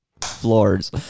floors